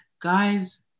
guys